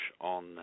on